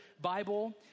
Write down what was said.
Bible